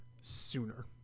sooner